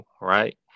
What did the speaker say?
right